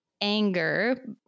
anger